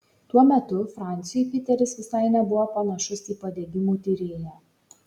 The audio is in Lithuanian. tuo metu franciui piteris visai nebuvo panašus į padegimų tyrėją